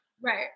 Right